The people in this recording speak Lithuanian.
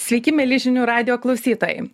sveiki mieli žinių radijo klausytojai